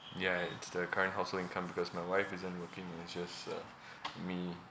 ya it's the current household income because my wife isn't working it's just uh me